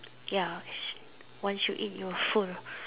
ya once you eat you will full